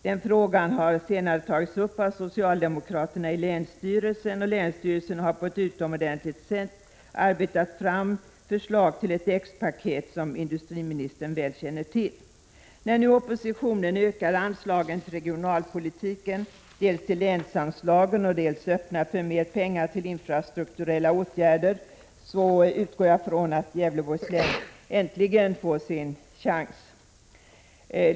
Den frågan har senare tagits upp av socialdemokraterna i länsstyrelsen, och länsstyrelsen har på ett utomordentligt sätt arbetat fram ett förslag till ett X-paket, vilket industriministern känner till väl. När nu oppositionen ökar anslagen till regionalpolitiken, dels genom större länsanslag, dels genom att öppna för pengar till infrastrukturella åtgärder, utgår jag ifrån att Gävleborgs län äntligen får sin chans.